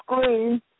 screen